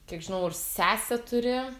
kiek žinau ir sesę turi